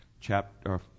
chapter